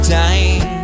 time